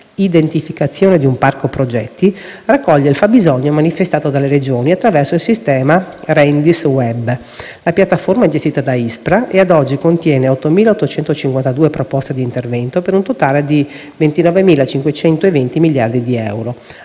è volto alla identificazione di un parco progetti, raccoglie il fabbisogno manifestato dalle Regioni, attraverso il sistema Rendis-web. La piattaforma è gestita da ISPRA e, ad oggi, contiene 8.852 proposte di intervento per un totale di 29.520 miliardi di euro.